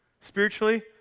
Spiritually